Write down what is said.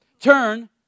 turn